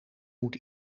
moet